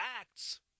acts